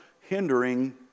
Hindering